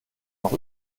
noch